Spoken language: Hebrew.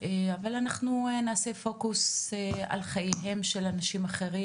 אבל אנחנו נעשה פוקוס על חייבם של אנשים אחרים,